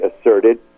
asserted